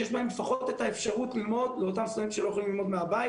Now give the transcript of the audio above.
שיש בהם לפחות את האפשרות ללמוד לאותם סטודנטים שלא יכולים ללמוד מהבית.